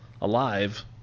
alive